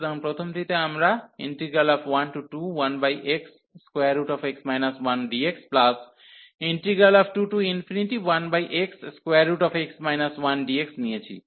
সুতরাং প্রথমটিতে আমরা 121xx 1dx21xx 1dx নিয়েছি